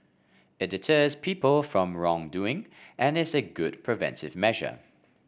it deters people from wrongdoing and is a good preventive measure